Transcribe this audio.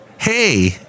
Hey